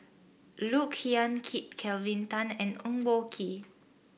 Look Yan Kit Kelvin Tan and Eng Boh Kee